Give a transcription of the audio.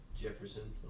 Jefferson